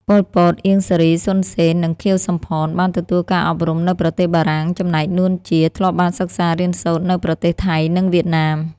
ប៉ុល ពត, អៀង សារី, សុន សេន និង ខៀវសំផន បានទទួលការអប់រំនៅប្រទេសបារាំង ចំណែក នួន ជា ធ្លាប់បានសិក្សារៀនសូត្រនៅប្រទេសថៃនិងវៀតណាម ។